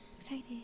Excited